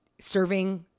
serving